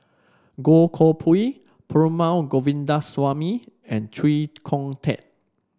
Goh Koh Pui Perumal Govindaswamy and Chee Kong Tet